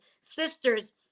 sisters